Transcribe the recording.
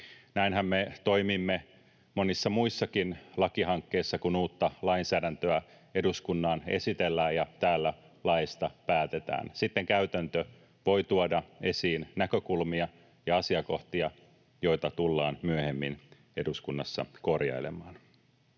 Näinhän me toimimme monissa muissakin lakihankkeissa. Kun uutta lainsäädäntöä eduskunnalle esitellään ja täällä laista päätetään, sitten käytäntö voi tuoda esiin näkökulmia ja asiakohtia, joita tullaan myöhemmin eduskunnassa korjailemaan.